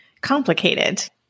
complicated